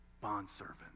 bondservant